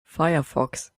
firefox